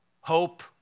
hope